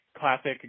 classic